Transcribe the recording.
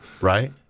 right